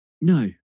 No